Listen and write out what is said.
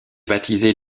baptisée